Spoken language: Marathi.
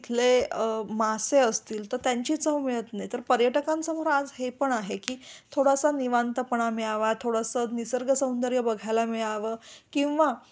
तिथले मासे असतील तर त्यांची चव मिळत नाही तर पर्यटकांसमोर आज हे पण आहे की थोडासा निवांतपणा मिळावा थोडंसं निसर्ग सौंदर्य बघायला मिळावं किंवा